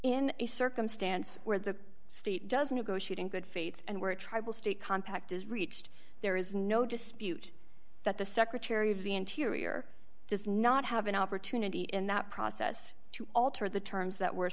in a circumstance where the state doesn't negotiate in good faith and where a tribal state compact is reached there is no dispute that the secretary of the interior does not have an opportunity in that process to alter the terms that were